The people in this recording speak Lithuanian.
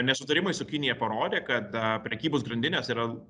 nesutarimai su kinija parodė kad prekybos grandinės yra